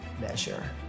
measure